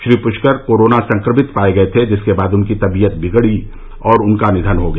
Shri Pushkar corona संक्रमित पाए गए थे जिसके बाद उनकी तबीयत बिगड़ी और उनका निधन हो गया